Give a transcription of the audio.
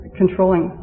controlling